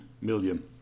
million